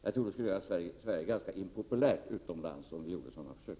Jag tror att Sverige skulle bli ganska impopulärt utomlands om vi gjorde sådana försök.